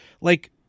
like-